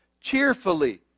cheerfully